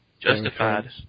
Justified